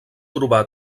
trobar